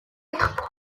être